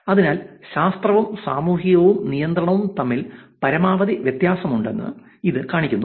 അതിനാൽ ശാസ്ത്രവും സാമൂഹികവും നിയന്ത്രണവും തമ്മിൽ പരമാവധി വ്യത്യാസമുണ്ടെന്ന് ഇത് കാണിക്കുന്നു